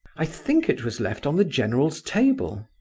i think it was left on the general's table.